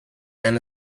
and